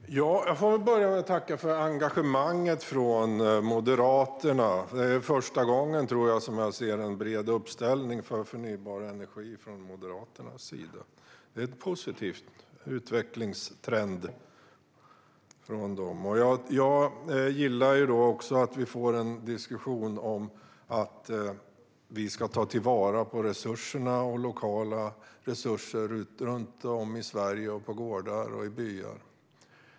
Fru talman! Jag får börja med att tacka för engagemanget från Moderaterna. Det är första gången, tror jag, som jag ser en bred uppställning för förnybar energi från Moderaternas sida. Det är en positiv utvecklingstrend. Jag gillar också att vi får en diskussion om att ta vara på lokala resurser runt om i Sverige på gårdar och i byar.